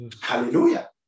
Hallelujah